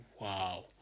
wow